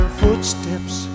footsteps